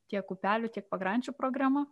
tiek upelių kiek pakrančių programa